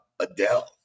Adele